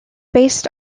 based